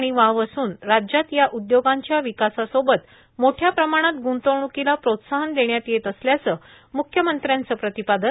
आणि वाव असून राज्यात या उद्योगांच्या विकासासोबत मोठ्या प्रमाणात गुंतवणुकीला प्रोत्साहन देण्यात येत असल्याचं मुख्यमंत्र्याच प्रतिपादन